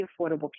Affordable